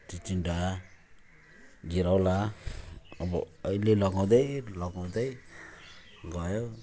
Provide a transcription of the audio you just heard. चिचिन्डा घिरौँला अब अहिले लगाउँदै लगाउँदै गयो